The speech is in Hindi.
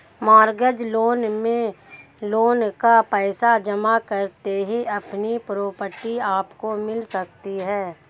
मॉर्गेज लोन में लोन का पैसा जमा करते ही अपनी प्रॉपर्टी आपको मिल सकती है